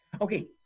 Okay